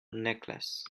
necklace